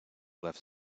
left